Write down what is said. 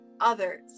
others